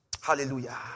Hallelujah